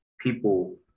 people